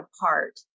apart